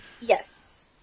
Yes